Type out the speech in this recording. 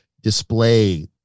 display